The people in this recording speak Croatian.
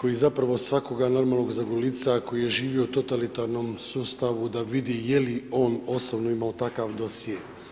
koji zapravo svakoga normalnog zagolica koji je živio u totalitarnom sustavu da vidi je li on osobno imao takav dosje.